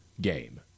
game